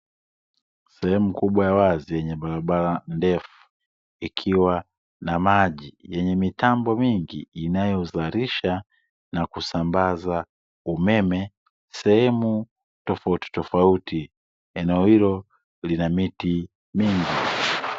Sehemu kubwa ya wazi yenye barabara ndefu ikiwa na maji yenye mtambo mingi, inayozarisha na kusambaza umeme sehemu tofauti tofauti, eneo hilo lina miti mingi.